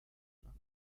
luna